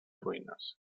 ruïnes